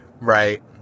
right